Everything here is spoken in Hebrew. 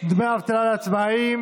דמי אבטלה לעצמאים,